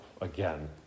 again